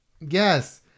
Yes